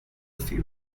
few